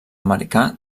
americà